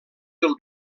del